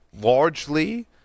largely